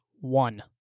one